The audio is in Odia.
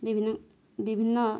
ବିଭିନ୍ନ ବିଭିନ୍ନ